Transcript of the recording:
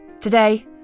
Today